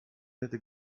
nette